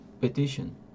petition